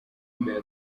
mbere